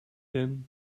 then